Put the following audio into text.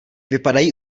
vypadají